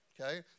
okay